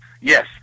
Yes